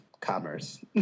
commerce